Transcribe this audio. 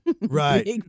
right